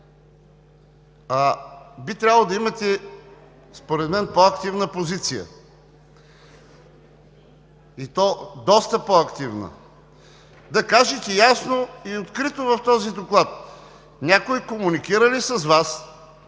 би трябвало да имате по-активна позиция. И то доста по-активна! Да кажете ясно и открито в този доклад някой комуникира ли с Вас,